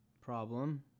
problem